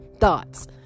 thoughts